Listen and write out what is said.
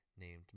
Named